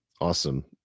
Awesome